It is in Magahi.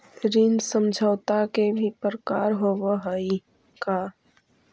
ऋण समझौता के भी प्रकार होवऽ हइ का?